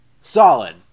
solid